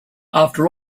after